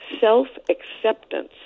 self-acceptance